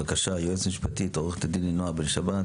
בבקשה, ייעוץ משפטי, עו"ד נעה בן שבת.